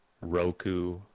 Roku